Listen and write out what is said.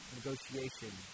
negotiation